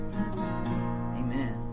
amen